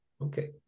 Okay